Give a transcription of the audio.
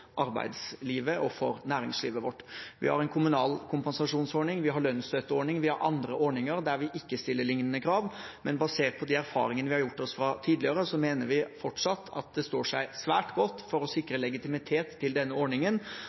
arbeidslivet og næringslivet vårt. Vi har en kommunal kompensasjonsordning, vi har lønnsstøtteordningen, vi har andre ordninger der vi ikke stiller lignende krav. Men basert på de erfaringene vi har gjort oss fra tidligere, mener vi fortsatt at det står seg svært godt, for å sikre legitimitet til denne ordningen,